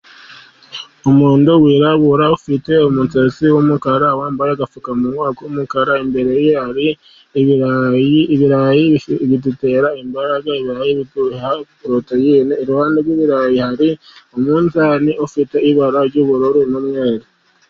Umuntu wirabura ufite umusatsi w'umukara, wambaye agapfukamunwa k'umukara, imbere ye hari ibirayi. Ibirayi bidutera imbaraga, ibirayi biduha poroteyine. Iruhande rw'ibirayi hari umunzani ufite ibara ry'ubururu n'umweru.